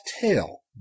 tail